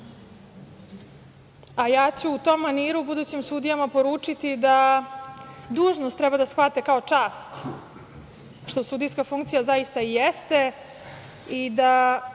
Ja ću u tom maniru budućim sudijama poručiti da dužnost treba da shvate kao čast, što sudijska funkcija zaista i jeste i da